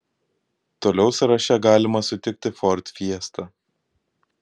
toliau sąraše galima sutikti ford fiesta